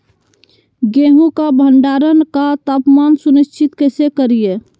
गेहूं का भंडारण का तापमान सुनिश्चित कैसे करिये?